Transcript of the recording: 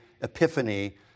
epiphany